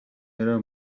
яриа